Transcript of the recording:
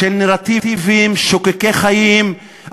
של נרטיבים שוקקי חיים,